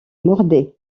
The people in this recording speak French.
mordaient